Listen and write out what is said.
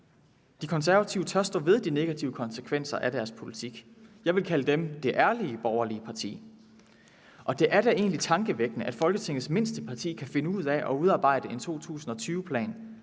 De Konservative tør stå ved de negative konsekvenser af deres politik. Jeg vil kalde dem det ærlige borgerlige parti. Kl. 11:07 Det er da egentlig tankevækkende, at Folketingets mindste parti kan finde ud af at udarbejde en 2020-plan,